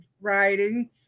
writing